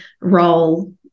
role